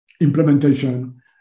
implementation